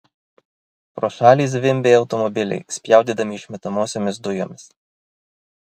pro šalį zvimbė automobiliai spjaudydami išmetamosiomis dujomis